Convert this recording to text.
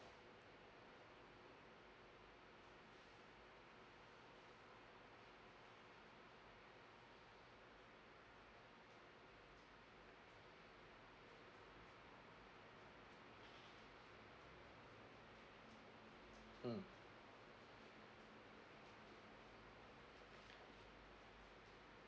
mm